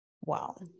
wow